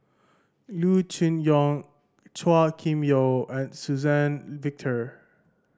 Loo Choon Yong Chua Kim Yeow and Suzann Victor